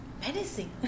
Menacing